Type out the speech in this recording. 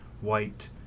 white